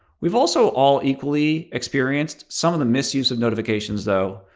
we've also all equally experienced some of the misuse of notifications, though.